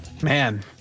Man